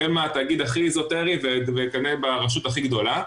החל מהתאגיד הכי אזוטרי וכלה ברשות הכי גדולה.